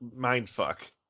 mindfuck